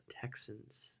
Texans